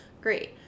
Great